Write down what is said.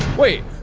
wait,